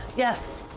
yes.